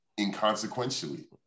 inconsequentially